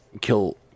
kill